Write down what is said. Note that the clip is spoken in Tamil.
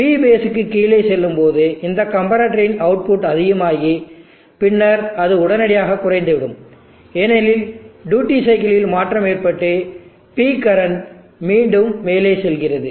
இது P பேஸ் க்கு கீழே செல்லும் போது இந்த கம்பரட்டர் இன் அவுட்புட் அதிகமாகி பின்னர் அது உடனடியாக குறைந்துவிடும் ஏனெனில் டியூட்டி சைக்கிளில் மாற்றம் ஏற்பட்டு P கரண்ட் மீண்டும் மேலே செல்கிறது